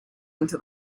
into